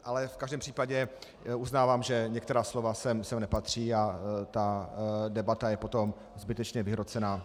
Ale v každém případě uznávám, že některá slova sem nepatří a ta debata je potom zbytečně vyhrocená.